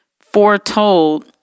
foretold